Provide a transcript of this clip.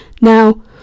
Now